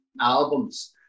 albums